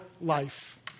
life